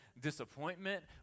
disappointment